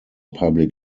public